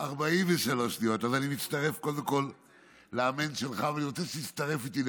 קודם כול אני מצטרף ל"אמן" שלך,